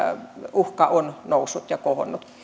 uhka on noussut ja kohonnut